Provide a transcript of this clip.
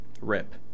Rip